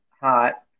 hot